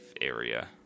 area